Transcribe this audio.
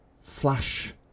flash